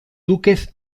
duques